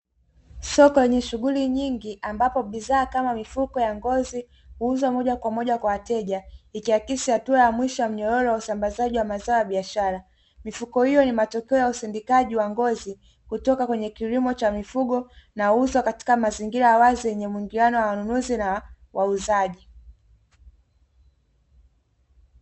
Soko lenye shughuli nyingi ambapo bidhaa kama mifuko ya ngozi huuzwa moja kwa moja kwa wateja ikiakisi hatua ya mwisho ya mnyororo wa usambazaji wa mazao ya biashara, mifuko hiyo ni matokeo ya usindikaji wa ngozi kutoka kwenye kilimo cha mifugo na uso katika mazingira wazi yenye mwingiliano wanunuzi na wauzaji.